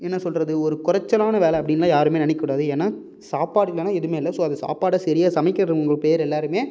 என்ன சொல்வது ஒரு குறைச்சலான வேலை அப்படின்லாம் யாருமே நினைக்கக் கூடாது ஏன்னால் சாப்பாடு இல்லைனா எதுவுமே இல்லை ஸோ அந்த சாப்பாடை சரியா சமைக்கிறவங்க பேர் எல்லாேருமே